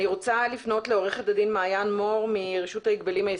אני רוצה לפנות לעו"ד מעיין מור מרשות התחרות,